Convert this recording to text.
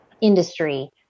industry